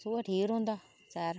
सोहा ठीक रौहंदा सैर